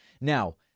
Now